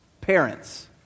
Parents